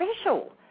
special